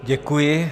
Děkuji.